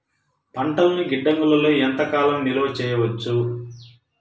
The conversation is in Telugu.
పంటలను గిడ్డంగిలలో ఎంత కాలం నిలవ చెయ్యవచ్చు?